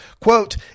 Quote